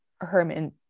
herman